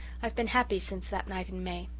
i've been happy since that night in may.